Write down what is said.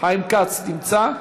חיים כץ נמצא?